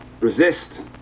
Resist